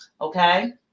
okay